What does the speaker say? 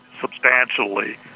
substantially